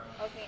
Okay